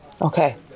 Okay